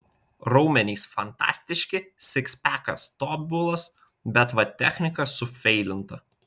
raumenys fantastiški sikspekas tobulas bet vat technika sufeilinta